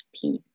peace